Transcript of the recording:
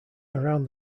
around